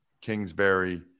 Kingsbury